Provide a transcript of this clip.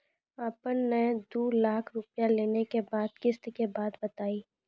आपन ने दू लाख रुपिया लेने के बाद किस्त के बात बतायी?